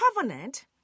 covenant